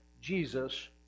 Jesus